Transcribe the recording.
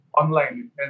online